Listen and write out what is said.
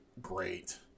great